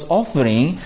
offering